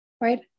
right